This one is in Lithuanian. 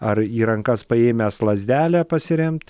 ar į rankas paėmęs lazdelę pasiremt